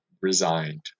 resigned